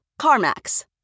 CarMax